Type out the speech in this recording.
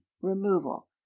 Removal